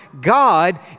God